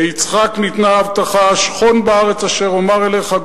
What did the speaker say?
ליצחק ניתנה ההבטחה: שכון בארץ אשר אומר אליך.